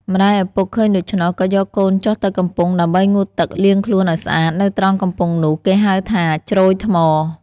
ម្តាយឪពុកឃើញដូច្នោះ ក៏យកកូនចុះទៅកំពង់ដើម្បីងូតទឹកលាងខ្លួនឱ្យស្អាត នៅត្រង់កំពង់នោះគេហៅថា ជ្រោយថ្ម។